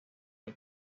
del